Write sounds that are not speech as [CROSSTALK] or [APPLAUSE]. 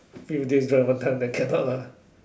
few days drive one time then cannot lah [LAUGHS]